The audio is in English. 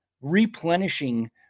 replenishing